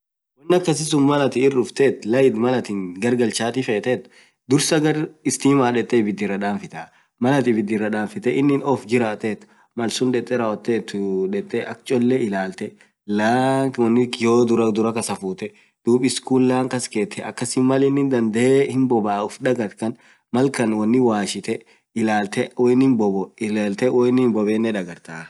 woan akasi suun malatin irdufteet, light malatin gargalchatii feet dursaa gar stima detee ibid irra danfitaa mal innin off jirrat duub detee laan ta dursaa kasaa fuute duub isskuun laan kasketee duub akk innin bobo ilaltaa, hiyo hoo innin hinbobeinine dagartaa.